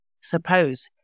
Suppose